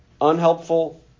unhelpful